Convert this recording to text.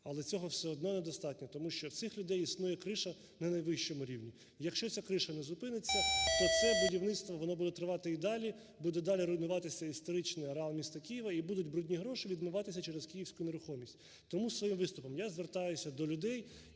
але цього все одно недостатньо, тому що в цих людей існує "криша" на найвищому рівні. Якщо ця "криша" не зупинеться, то це будівництво воно буде тривати і далі, буде далі руйнуватися історичний ареал міста Києва і будуть "брудні" гроші відмиватися через київську нерухомість. Тому своїм виступом я звертаюся до людей,